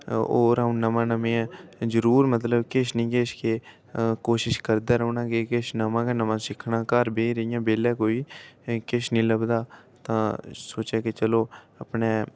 होर अ'ऊं नमां नमें जरूर मतलब किश ना किश के कोशश करदा रौह्न्ना कि किश नमां गै नमां सिक्खना घर बेही री इयां बैह्ल्ले कोई किश नेईं लभदा तां सोचेआ कि चलो अपने